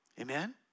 Amen